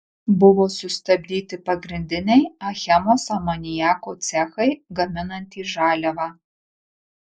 buvo sustabdyti pagrindiniai achemos amoniako cechai gaminantys žaliavą